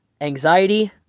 Anxiety